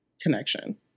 connection